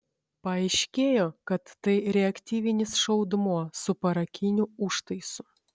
paaiškėjo kad tai reaktyvinis šaudmuo su parakiniu užtaisu